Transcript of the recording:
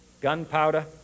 gunpowder